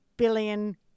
billion